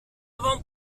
avant